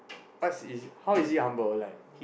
what's is how is he humble like